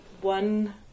one